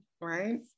right